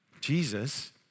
Jesus